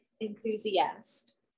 enthusiast